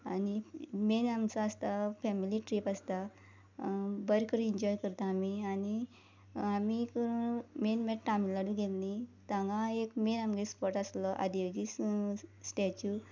आनी मेन आमचो आसता फॅमिली ट्रीप आसता बरें करून इन्जॉय करता आमी आनी आमी मेन म्हळ्यार तामिळनाडू गेल्लीं थांगा एक मेन आमगे स्पॉट आसलो आदिवासी स्टॅच्यू